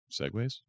segways